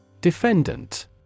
Defendant